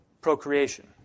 procreation